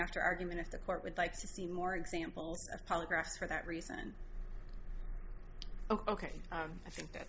after argument if the court would like to see more examples polygraphs for that reason ok i think that